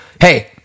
hey